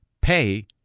pay